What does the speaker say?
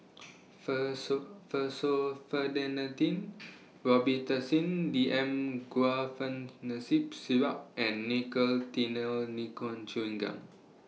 Robitussin D M Guaiphenesin Syrup and Nicotinell Nicotine Chewing Gum